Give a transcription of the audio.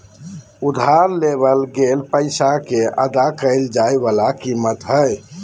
उधार लेवल गेल पैसा के अदा कइल जाय वला कीमत हइ